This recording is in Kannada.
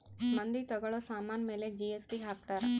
ಮಂದಿ ತಗೋಳೋ ಸಾಮನ್ ಮೇಲೆ ಜಿ.ಎಸ್.ಟಿ ಹಾಕ್ತಾರ್